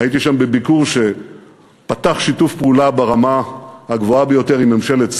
הייתי שם בביקור שפתח שיתוף פעולה ברמה הגבוהה ביותר עם ממשלת סין.